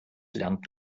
lernt